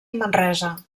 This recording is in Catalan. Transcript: manresa